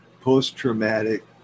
post-traumatic